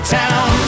town